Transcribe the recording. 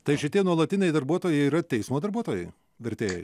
tai šitie nuolatiniai darbuotojai jie yra teismo darbuotojai vertėjai